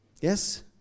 Yes